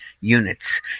units